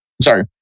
Sorry